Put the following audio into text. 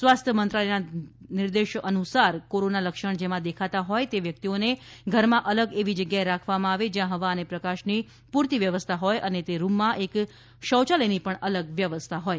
સ્વાસ્થ્ય મંત્રાલયના નિર્દેશા અનુસાર કોરોના લક્ષણ જેમાં દેખાતા હોય તે વ્યક્તિઓને ઘરમાં અલગ એવી જગ્યાએ રાખવામાં આવે જ્યાં હવા અને પ્રકાશની પ્રરતી વ્યવસ્થા હોય અને તે રૂમમાં એક શૌયાલયની પણ અલગ વ્યવસ્થા હોય